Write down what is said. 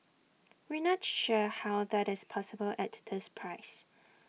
we not sure how that is possible at this price